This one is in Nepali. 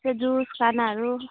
त्यो जुस खानाहरू